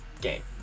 game